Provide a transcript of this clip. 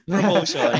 Promotion